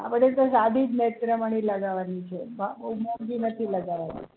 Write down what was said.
આપણે તો સાદી જ નેત્રમણી લગાવવાની છે હા બહુ મોંઘી નથી લગાવવાની